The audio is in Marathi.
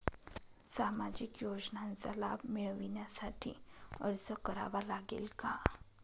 सामाजिक योजनांचा लाभ मिळविण्यासाठी अर्ज करावा लागेल का?